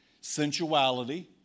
Sensuality